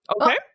okay